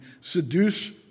seduce